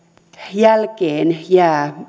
jälkeen jää